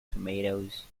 tomatoes